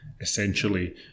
essentially